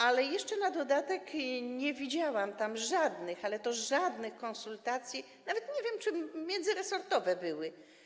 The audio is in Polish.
A jeszcze na dodatek nie widziałam tam informacji o żadnych, ale to żadnych konsultacjach, nawet nie wiem, czy międzyresortowe były.